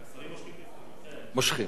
מושכים, אוקיי.